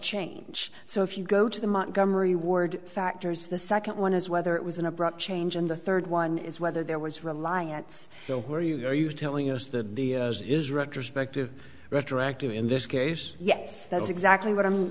change so if you go to the montgomery ward factors the second one is whether it was an abrupt change and the third one is whether there was reliance there where you are you telling us that is retrospective retroactively in this case yes that's exactly what i'm